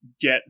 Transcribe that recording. get